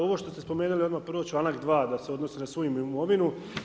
Ovo što ste spomenuli odmah prvo čl. 2. da se odnosi na svu imovinu.